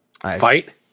Fight